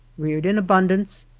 reared in abundance,